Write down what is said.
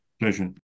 Pleasure